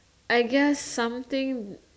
I guess something